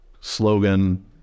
slogan